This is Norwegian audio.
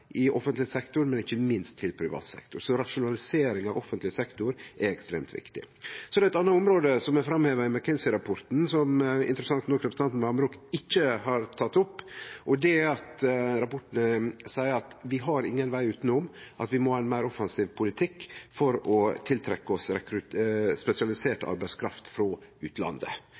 i offentleg sektor, men ikkje minst i privat sektor. Så rasjonalisering av offentleg sektor er ekstremt viktig. Så er det eit anna område som er framheva i McKinsey-rapporten, som representanten Vamraak interessant nok ikkje har teke opp, og det er at rapporten seier at vi ikkje har nokon veg utanom å ha ein meir offensiv politikk for å tiltrekkje oss spesialisert arbeidskraft frå utlandet.